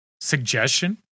suggestion